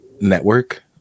network